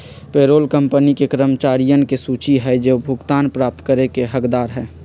payroll company के कर्मचारियन के सूची हई जो भुगतान प्राप्त करे के हकदार हई